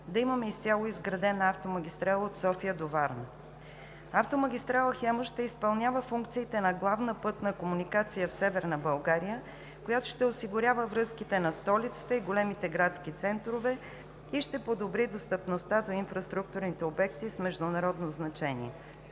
да имаме изцяло изградена автомагистрала от София до Варна. Автомагистрала „Хемус“ ще изпълнява функциите на главна пътна комуникация в Северна България, която ще осигурява връзките на столицата и големите градски центрове и ще подобри достъпността до инфраструктурните обекти с международно значение